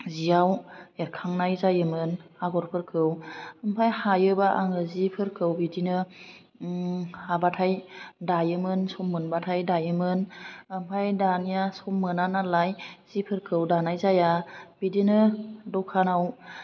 जिआव एरखांनाय जायोमोन आग'रफोरखौ ओमफ्राय हायोबा आङो जिफोरखौ बिदिनो हाबाथाय दायोमोन सम मोनबाथाय दायोमोन ओमफ्राय दानाया सम मोनानालाय जिफोरखौ दानाय जाया बिदिनो दकानाव